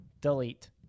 delete